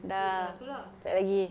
sudah tak lagi